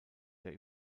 der